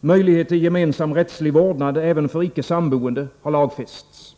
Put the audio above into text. Möjlighet till gemensam rättslig vårdnad även för icke samboende har lagfästs.